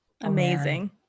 Amazing